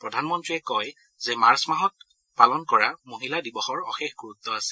প্ৰধানমন্ত্ৰীয়ে কয় যে মাৰ্চ মাহত পালন কৰা মহিলা দিৱসৰ অশেষ গুৰুত্ আছে